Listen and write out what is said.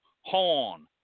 horn